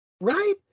right